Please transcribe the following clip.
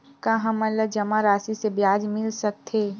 का हमन ला जमा राशि से ब्याज मिल सकथे?